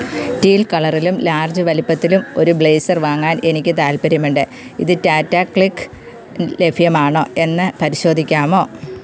teal കളറിലും large വലുപ്പത്തിലും ഒരു ബ്ലേസർ വാങ്ങാൻ എനിക്ക് താൽപ്പര്യമുണ്ട് ഇത് ടാറ്റ ക്ലിക്കിൽ ലഭ്യമാണോ എന്ന് പരിശോധിക്കാമോ